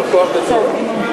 הדברים.